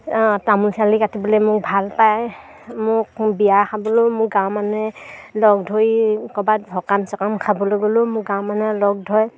তামোল চালি কাটিবলে মোক ভাল পায় মোক বিয়া খাবলৈও মোৰ গাঁও মানুহে লগ ধৰি ক'বাত সকাম চকাম খাবলৈ গ'লেও মোক গাঁৱৰ মানুহে লগ ধৰে